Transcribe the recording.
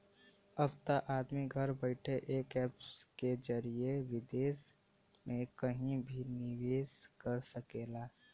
अब त आदमी घर बइठे एक ऐप के जरिए विदेस मे कहिं भी निवेस कर सकेला